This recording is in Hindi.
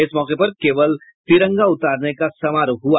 इस मौके पर केवल तिरंगा उतारने का समारोह हुआ